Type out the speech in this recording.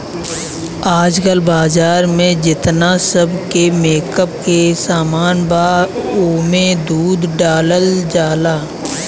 आजकल बाजार में जेतना सब मेकअप के सामान बा ओमे दूध डालल जाला